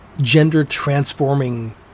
gender-transforming